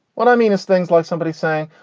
what i mean is things like somebody saying,